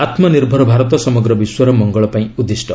ଆତ୍ମନିର୍ଭର ଭାରତ ସମଗ୍ର ବିଶ୍ୱର ମଙ୍ଗଳ ପାଇଁ ଉଦ୍ଦିଷ୍ଟ